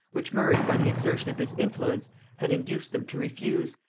which murray by the exertion of his influence had induced them to refuse,